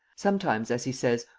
sometimes, as he says,